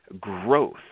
Growth